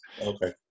Okay